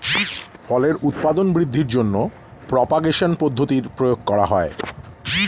ফলের উৎপাদন বৃদ্ধির জন্য প্রপাগেশন পদ্ধতির প্রয়োগ করা হয়